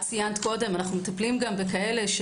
ציינת אנו מטפלים גם בכאלה,